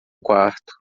quarto